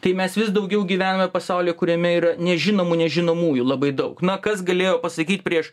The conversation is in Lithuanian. tai mes vis daugiau gyvename pasaulyje kuriame yra nežinomų nežinomųjų labai daug na kas galėjo pasakyt prieš